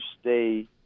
stay